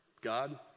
God